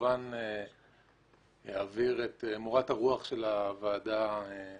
כמובן שאעביר את מורת הרוח של הוועדה לממונים עלי.